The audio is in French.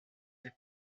est